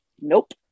Nope